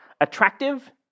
Attractive